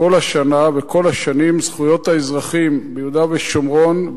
כל השנה וכל השנים זכויות האזרחים ביהודה ושומרון,